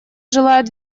желает